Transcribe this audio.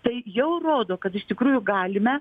tai jau rodo kad iš tikrųjų galime